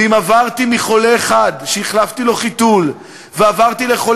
ואם עברתי מחולה אחד שהחלפתי לו חיתול לחולה